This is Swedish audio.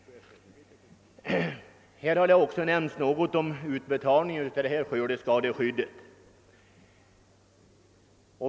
Herr Berndtsson talade om utbetalningen av skördeskadeskyddet.